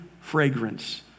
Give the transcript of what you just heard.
fragrance